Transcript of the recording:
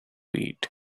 eat